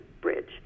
Bridge